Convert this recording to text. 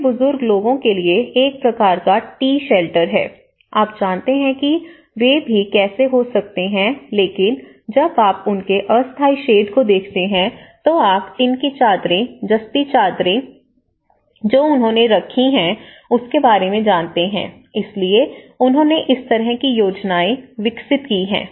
फिर बुजुर्ग लोगों के लिए एक प्रकार का टी शेल्टर है आप जानते हैं कि वे भी कैसे हो सकते हैं लेकिन जब आप उनके अस्थाई शेड को देखते हैं तो आप टिन की चादरें जस्ती चादरें जो उन्होंने रखी हैं उसके बारे में जानते हैं इसलिए उन्होंने इस तरह की योजनाएं विकसित की है